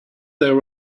there